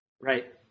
right